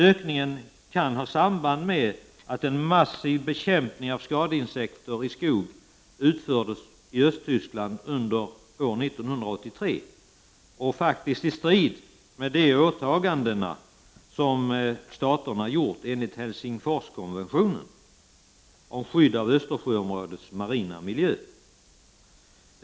Ökningen kan ha samband med en massiv bekämpning av skadeinsekter i skog som utfördes i Östtyskland under 1983, faktiskt i strid med de åtaganden som staten har gjort i enlighet med Helsingforskonventionen om skydd av Östersjöområdets marina miljö.